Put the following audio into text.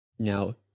Now